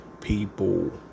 people